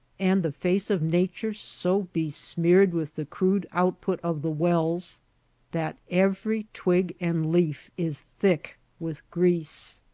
and the face of nature so besmeared with the crude output of the wells that every twig and leaf is thick with grease.